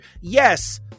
Yes